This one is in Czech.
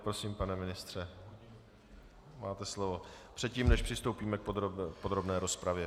Prosím, pane ministře, máte slovo předtím, než přistoupíme k podrobné rozpravě.